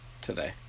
Today